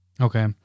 Okay